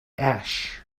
ash